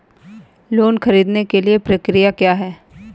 Loan ख़रीदने के लिए प्रक्रिया क्या है?